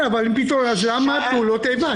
כן, אז למה פעולות איבה?